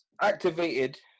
activated